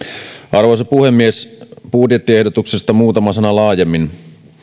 arvoisa puhemies budjettiehdotuksesta muutama sana laajemmin